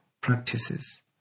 practices